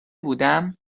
بودم